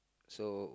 so